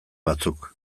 batzuk